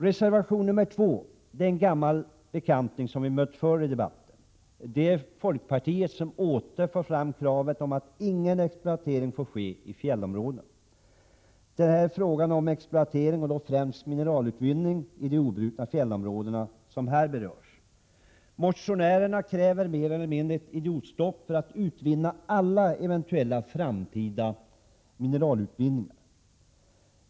Reservation 2 har vi mött tidigare i debatten. Det är folkpartiet som återigen för fram kravet på att ingen exploatering bör få ske i fjällområdena. Här berörs frågan om exploatering, främst mineralutvinning, i de obrutna fjällområdena. Motionärerna kräver mer eller mindre ett idiotstopp när det gäller alla eventuella framtida mineralutvinningar.